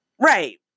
right